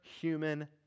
human